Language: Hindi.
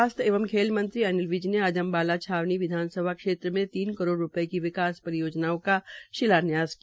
स्वास्थ्य एंव खेल मंत्रीअनिल विज ने आज अम्बाला छावनी विधानसभा क्षेत्र में तीन करोड़ रूपये की विकास योजनाओं का शिलान्यास किया